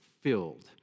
filled